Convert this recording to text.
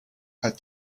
had